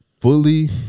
fully